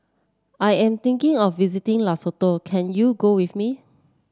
I am thinking of visiting Lesotho can you go with me